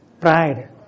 Pride